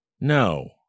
No